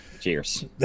cheers